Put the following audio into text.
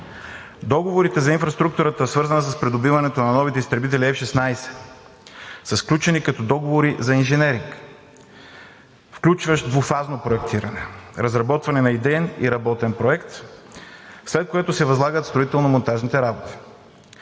Договорите за инфраструктурата, свързани с придобиването на новите изтребители F-16, са сключени като договори за инженеринг, включващ двуфазно проектиране – разработване на идеен и работен проект, след което се възлагат строително-монтажните работи.